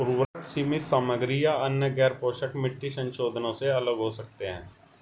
उर्वरक सीमित सामग्री या अन्य गैरपोषक मिट्टी संशोधनों से अलग हो सकते हैं